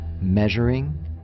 measuring